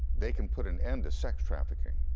they can put an end to sex trafficking.